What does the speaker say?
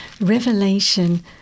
Revelation